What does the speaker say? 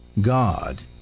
God